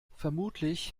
vermutlich